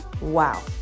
Wow